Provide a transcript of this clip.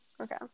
Okay